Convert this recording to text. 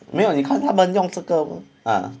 没有你看他们用这个啊